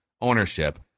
ownership